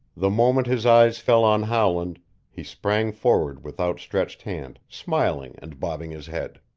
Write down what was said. the moment his eyes fell on howland he sprang forward with outstretched hand, smiling and bobbing his head.